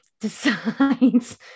decides